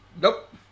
Nope